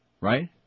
right